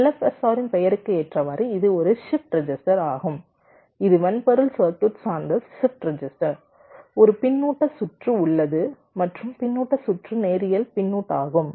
LFSR ன் பெயருக்கு ஏற்றவாறு இது ஒரு ஷிப்ட் ரெஜிஸ்டர் ஆகும் இது வன்பொருள் சர்க்யூட் சார்ந்த ஷிப்ட் ரெஜிஸ்டர் ஒரு பின்னூட்ட சுற்று உள்ளது மற்றும் பின்னூட்ட சுற்று நேரியல் பின்னூட்டாகும்